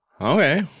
Okay